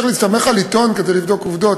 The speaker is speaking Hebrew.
להסתמך על עיתון כדי לבדוק עובדות,